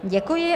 Děkuji.